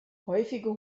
häufige